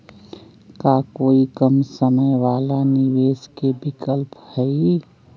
का कोई कम समय वाला निवेस के विकल्प हई?